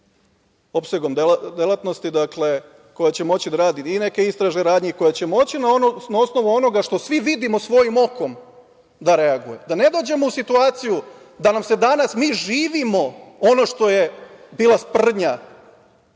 opsegom delatnosti, i neke istražne radnje i koja će moći na osnovu onoga što svi vidimo svojim okom da reaguje. Da ne dođemo u situaciju da i danas, mi živimo ono što je bila sprdnja